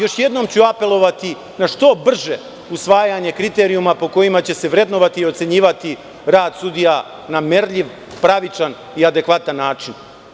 Još jednom ću apelovati na što brže usvajanje kriterijuma po kojima će se vrednovati i ocenjivati rad sudija na merljiv, pravičan i adekvatan način.